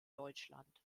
deutschland